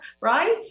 right